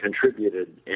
contributed